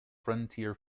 frontier